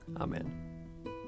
Amen